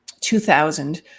2000